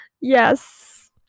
yes